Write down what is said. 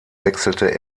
wechselte